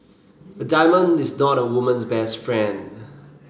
a diamond is not a woman's best friend